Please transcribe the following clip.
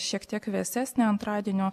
šiek tiek vėsesnė antradienio